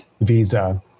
visa